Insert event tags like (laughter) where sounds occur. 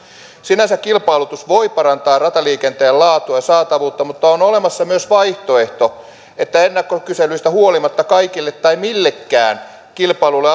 sinänsä kilpailutus voi parantaa rataliikenteen laatua ja saatavuutta mutta on olemassa myös vaihtoehto että ennakkokyselyistä huolimatta millekään kilpailulle (unintelligible)